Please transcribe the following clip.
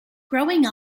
growing